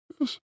Yes